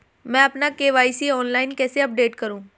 मैं अपना KYC online कैसे अपडेट करूँ?